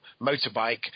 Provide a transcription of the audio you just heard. motorbike